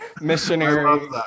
missionary